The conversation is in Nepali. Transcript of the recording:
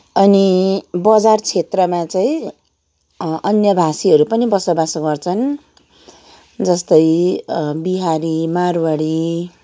अनि बजार क्षेत्रमा चाहिँ अन्य भाषीहरू पनि बसोबासो गर्छन् जस्तै बिहारी मारवाडी